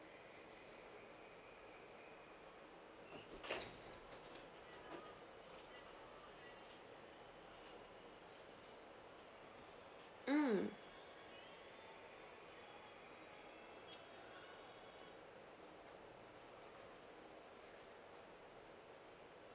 mm